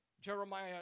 Jeremiah